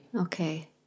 Okay